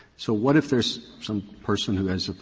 so what if there is some person who has,